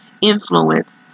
influence